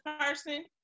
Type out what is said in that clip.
person